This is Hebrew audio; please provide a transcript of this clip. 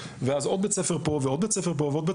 ואז עוד בית ספר פה ועוד בית ספר פה.